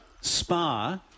Spa